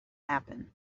happen